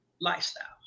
lifestyle